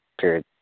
Period